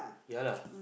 ya lah